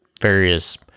various